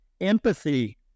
empathy